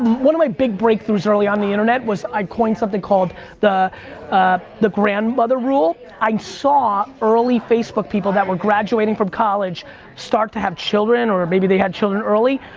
one of my big breakthroughs early on the internet was i coined something called the ah the grandmother rule. i saw early facebook people that were graduating from college start to have children or maybe they had children early,